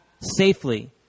safely